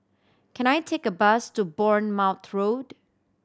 can I take a bus to Bournemouth Road